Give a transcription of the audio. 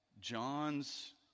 John's